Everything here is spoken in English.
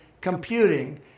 computing